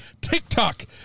TikTok